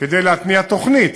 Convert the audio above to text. כדי להתניע תוכנית,